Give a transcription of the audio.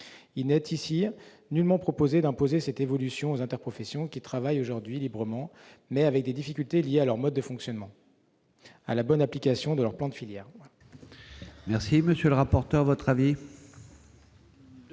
ne proposons nullement d'imposer cette évolution aux interprofessions, qui travaillent aujourd'hui librement, mais avec des difficultés liées à leur mode de fonctionnement, à la bonne application de leur plan de filière. Quel est l'avis de la commission ?